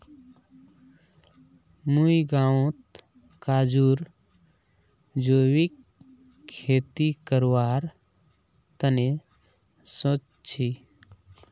मुई गांउत काजूर जैविक खेती करवार तने सोच छि